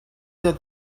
that